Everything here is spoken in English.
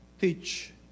teach